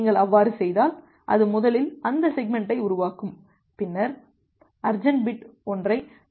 நீங்கள் அவ்வாறு செய்தால் அது முதலில் அந்த செக்மெண்ட்டை உருவாக்கும் பின்னர் அர்ஜன்ட் பிட் ஒன்றை ஒன்றுக்கு அமைக்கும்